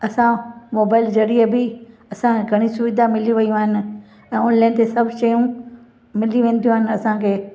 असां मोबाइल ज़रिए बि असां घणी सुविधा मिली वियूं आहिनि ऐं ऑनलाइन ते सभु शयूं मिली वेंदियूं आहिनि असांखे